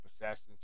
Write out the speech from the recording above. Assassin's